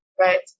right